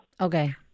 Okay